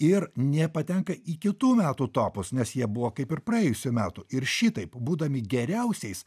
ir nepatenka į kitų metų topus nes jie buvo kaip ir praėjusių metų ir šitaip būdami geriausiais